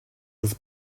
was